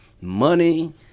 money